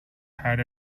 had